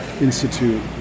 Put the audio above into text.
Institute